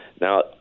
Now